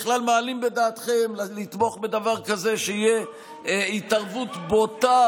בכלל מעלים על דעתכם לתמוך בדבר כזה שתהיה בו התערבות בוטה,